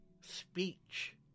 speech